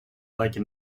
like